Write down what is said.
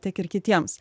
tiek ir kitiems